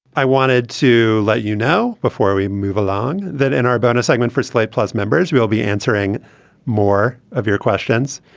i wanted to let you know before we move along that in our bonus segment for slate plus members we'll be answering more of your questions.